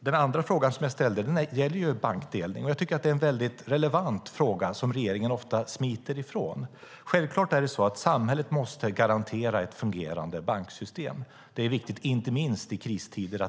Den andra frågan som jag ställde gäller bankdelning, och jag tycker att det är en relevant fråga som regeringen ofta smiter ifrån. Självklart måste samhället garantera ett fungerande banksystem. Det är viktigt inte minst i kristider.